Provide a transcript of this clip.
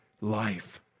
life